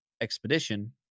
Expedition